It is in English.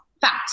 fact